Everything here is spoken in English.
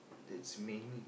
that's mainly